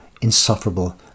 insufferable